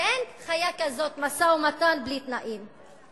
ואין חיה כזאת משא-ומתן בלי תנאים.